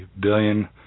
billion